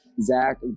Zach